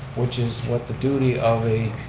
which is what the duty of a,